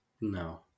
No